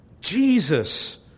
Jesus